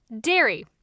dairy